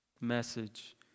message